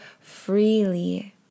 freely